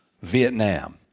Vietnam